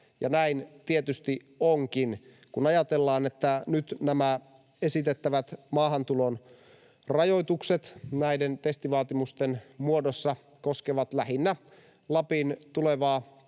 näin tietysti onkin. Kun ajatellaan, että nämä nyt esitettävät maahantulon rajoitukset näiden testivaatimusten muodossa koskevat lähinnä Lapin tulevaa